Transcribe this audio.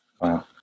Wow